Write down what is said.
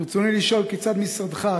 ברצוני לשאול כיצד משרדך,